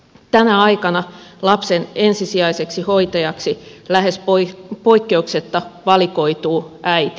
tänä aikana lapsen ensisijaiseksi hoitajaksi lähes poikkeuksetta valikoituu äiti